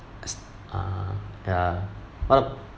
s~ uh ya what a~